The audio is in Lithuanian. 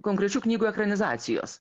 konkrečių knygų ekranizacijos